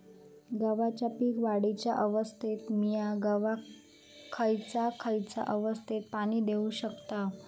गव्हाच्या पीक वाढीच्या अवस्थेत मिया गव्हाक खैयचा खैयचा अवस्थेत पाणी देउक शकताव?